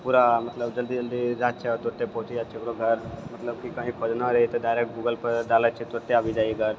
पूरा मतलब जल्दी जल्दी जाइ छियै आओर तुरते पहुँच जाइ छियै ककरो घर ओकर बाद मतलब की कहीं खोजना रहै तऽ डाइरेक्ट गूगलपर डालै छियै तुरते आबि जाइ हँ घर